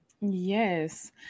Yes